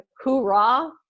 hoorah